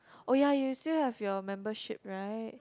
oh ya you still have your membership right